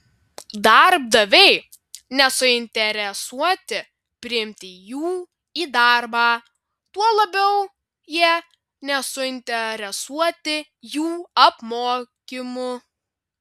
darbdaviai nesuinteresuoti priimti jų į darbą tuo labiau jie nesuinteresuoti jų apmokymu